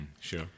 Sure